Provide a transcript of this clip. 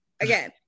again